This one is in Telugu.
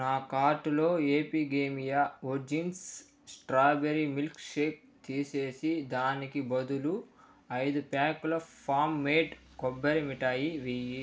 నా కార్టులో Epigamia origins strawberry milkshake తీసేసి దానికి బదులు ఐదు ప్యాకుల హోమ్ మేడ్ కొబ్బరి మిఠాయి వేయి